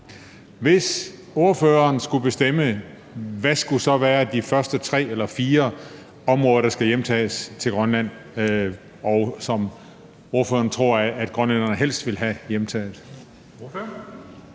Hvis ordføreren skulle bestemme, hvad skulle så være de første tre eller fire områder, der skulle hjemtages af Grønland, og som ordføreren tror grønlænderne helst ville have hjemtaget?